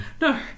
no